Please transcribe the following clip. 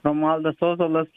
romualdas ozolas